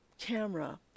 camera